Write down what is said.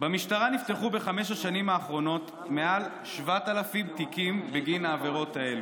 במשטרה נפתחו בחמש השנים האחרונות מעל 7,000 תיקים בגין העבירות האלה.